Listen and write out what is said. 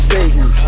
Satan